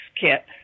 kit